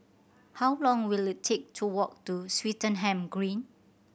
how long will it take to walk to Swettenham Green